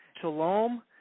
Shalom